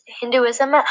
Hinduism